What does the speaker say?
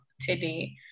today